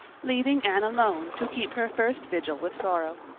leaving anne alone to keep her first vigil with sorrow.